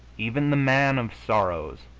even the man of sorrows,